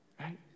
right